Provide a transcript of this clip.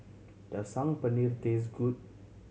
does Saag Paneer taste good